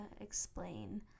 explain